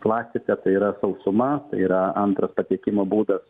klasika tai yra sausuma yra antras patekimo būdas